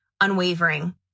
unwavering